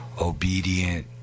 obedient